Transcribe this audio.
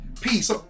Peace